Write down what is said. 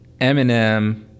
Eminem